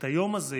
את היום הזה,